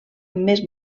més